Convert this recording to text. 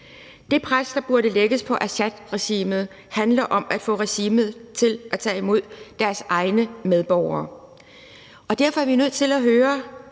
Det pres, der burde lægges på Assadregimet, handler om at få regimet til at tage imod deres egne medborgere. Og derfor er vi nødt til at høre,